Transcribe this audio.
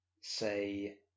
say